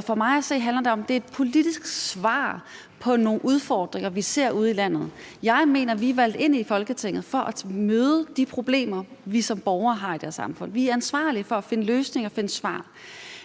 For mig at se handler det om, at det er et politisk svar på nogle udfordringer, vi ser ude i landet. Jeg mener, at vi er valgt ind i Folketinget for at møde de problemer, vi som borgere har i dette samfund. Vi er ansvarlige for at finde løsninger og finde